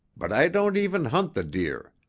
but i don't even hunt the deer.